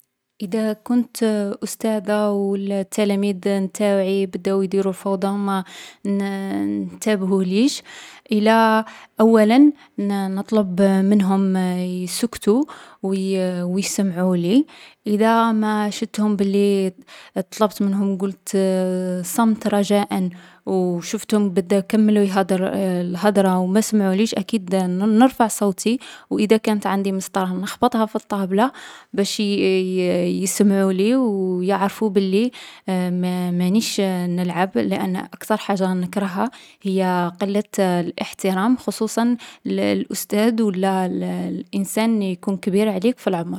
إذا كنت أستاذة و لا التلاميذ نتاوعي بداو يديرو فوضى، ما نتبهوليش، أولا نطلب منهم يسكتو، و يسمعولي. إذا شفتهم بلي طلبت منهم و قلت صمت رجاءً و شفتهم كملو الهدرة و ما سمعوليش، أكيد نتخذ الاجراءات لخرى. كاين اجراءات تاع الانضباط. إما نقّص ليهم من النقطة و لا نبعثهم لمكتب المدير بسبب الفوضى لي كانو يـ دايرينها في القسم.